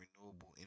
renewable